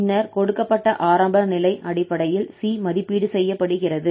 பின்னர் கொடுக்கப்பட்ட ஆரம்ப நிலை அடிப்படையில் 𝑐 மதிப்பீடு செய்யப்படுகிறது